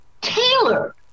Taylor